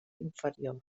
inferior